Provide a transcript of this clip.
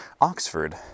Oxford